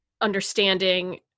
understanding